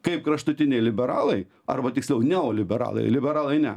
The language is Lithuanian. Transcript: kaip kraštutiniai liberalai arba tiksliau neoliberalai liberalai ne